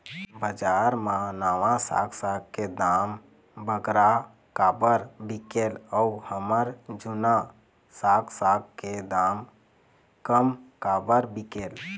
बजार मा नावा साग साग के दाम बगरा काबर बिकेल अऊ हमर जूना साग साग के दाम कम काबर बिकेल?